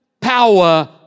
Power